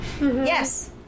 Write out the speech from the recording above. Yes